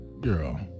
Girl